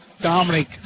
Dominic